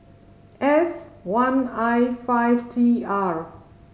S one I five T R